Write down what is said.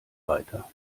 weiter